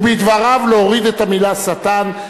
ומדבריו להוריד את המלה "שטן",